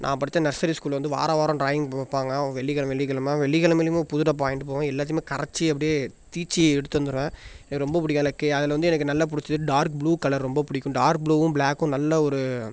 நான் படிச்ச நர்சரி ஸ்கூல்ல வந்து வாரம் வாரம் ட்ராயிங் ப வைப்பாங்க வெள்ளிக் கிலம வெள்ளிக் கிலம வெள்ளிக் கிலமையிலையுமே புது டப்பா வாங்கிட்டு போவேன் எல்லாதுமே கரைச்சி அப்படியே தீச்சி எடுத்து வந்துடுவேன் எனக்கு ரொம்ப பிடிக்கும் எனக்கு அதில் வந்து எனக்கு நல்லா பிடிச்சது டார்க் ப்ளூ கலர் ரொம்ப பிடிக்கும் டார்க் ப்ளூவும் ப்ளாக்கும் நல்லா ஒரு